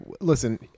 listen